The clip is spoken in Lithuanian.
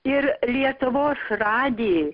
ir lietuvos radijai